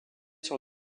sur